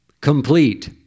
complete